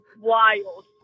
wild